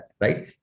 right